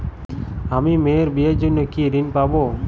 আমি মেয়ের বিয়ের জন্য কি ঋণ পাবো?